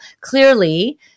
clearly